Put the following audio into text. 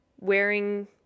wearing